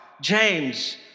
James